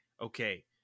okay